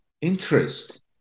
interest